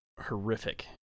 horrific